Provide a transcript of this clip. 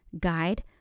guide